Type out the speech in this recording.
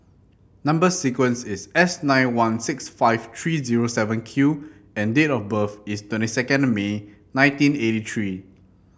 number sequence is S nine one six five three zero seven Q and date of birth is twenty second May nineteen eighty three